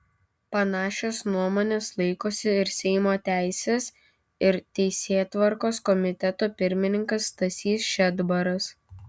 panašios nuomonės laikosi ir seimo teisės ir teisėtvarkos komiteto pirmininkas stasys šedbaras